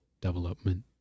development